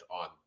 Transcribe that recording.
on